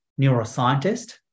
neuroscientist